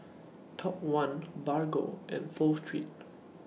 Top one Bargo and Pho Street